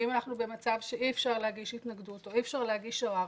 אם אנחנו במצב שאי אפשר להגיש התנגדות או אי אפשר להגיש ערר,